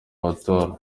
matora